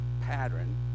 pattern